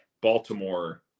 Baltimore